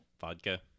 vodka